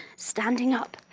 standing up.